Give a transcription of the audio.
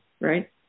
right